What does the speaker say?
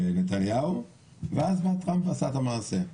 לנתניהו - ואז בא טראמפ ועשה את המעשה.